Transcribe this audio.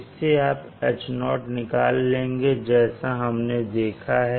इससे आप H0 निकाल लेंगे जैसा हमने देखा है